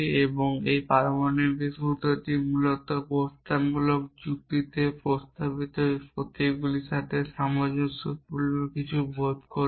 এবং এই পারমাণবিক সূত্রটি মূলত প্রস্তাবনামূলক যুক্তিতে প্রস্তাবিত প্রতীকগুলির সাথে সামঞ্জস্যপূর্ণ কিছু বোধ করবে